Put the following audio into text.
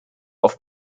auf